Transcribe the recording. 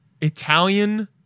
Italian